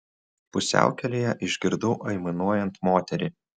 pusiaukelėje išgirdau aimanuojant moterį